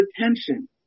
attention